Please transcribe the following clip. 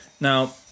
Now